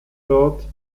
dort